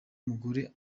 umugore